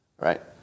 right